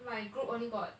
my group only got